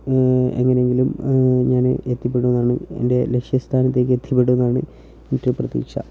എങ്ങനെയെങ്കിലും ഞാൻ എത്തിപ്പെടുമെന്നാണ് എൻ്റെ ലക്ഷ്യസ്ഥാനത്തേക്ക് എത്തിപ്പെടുമെന്നാണ് എൻ്റെയൊരു പ്രതീക്ഷ